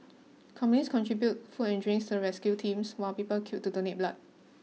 companies contributed food and drinks to the rescue teams while people queued to donate blood